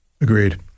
Agreed